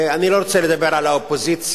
אני לא רוצה לדבר על האופוזיציה,